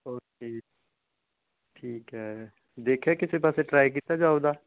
okay ਜੀ ਠੀਕ ਹੈ ਦੇਖਿਆ ਕਿਸੇ ਪਾਸੇ ਟਰਾਈ ਕੀਤਾ ਜੋਬ ਦਾ